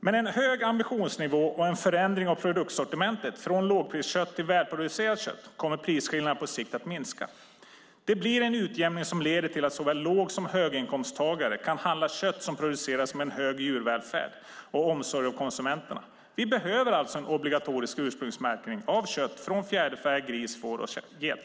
Med en hög ambitionsnivå och en förändring av produktsortimentet från lågpriskött till välproducerat kött kommer prisskillnaderna på sikt att minska. Det blir en utjämning som leder till att såväl låg som höginkomsttagare kan handla kött som producerats med en hög djurvälfärd och en omsorg om konsumenterna. Vi behöver alltså en obligatorisk ursprungsmärkning av kött från fjäderfä, gris, får och get.